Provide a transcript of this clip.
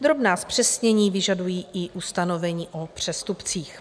Drobná zpřesnění vyžadují i ustanovení o přestupcích.